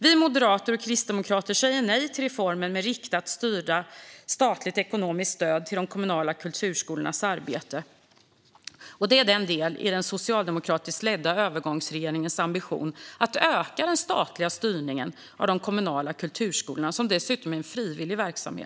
Vi moderater och kristdemokrater säger nej till reformen med riktat, styrande statligt ekonomiskt stöd till de kommunala kulturskolornas arbete. Detta är en del i den socialdemokratiskt ledda övergångsregeringens ambition att öka den statliga styrningen av de kommunala kulturskolorna, som dessutom är en frivillig verksamhet.